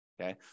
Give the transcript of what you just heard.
okay